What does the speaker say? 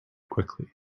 quickly